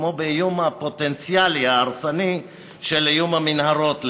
כמו באיום הפוטנציאלי ההרסני של המנהרות,